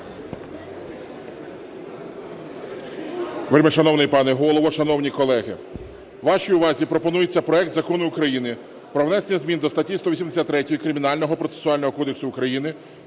Вашій увазі пропонується проект Закону України про внесення зміни до статті 183 Кримінального процесуального кодексу України